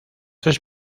tres